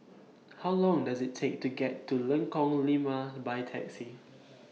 How Long Does IT Take to get to Lengkong Lima By Taxi